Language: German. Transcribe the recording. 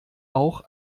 auch